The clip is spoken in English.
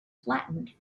flattened